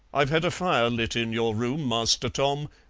i've had a fire lit in your room, master tom,